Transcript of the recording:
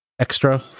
extra